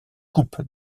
coupe